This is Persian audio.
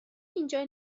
اینجا